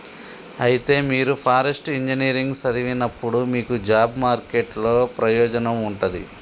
అయితే మీరు forest engineering సదివినప్పుడు మీకు జాబ్ మార్కెట్ లో ప్రయోజనం ఉంటది